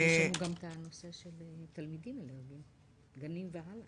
יש לנו גם את הנושא של תלמידים, גנים והלאה.